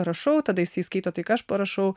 rašau tada jisai skaito tai ką aš parašau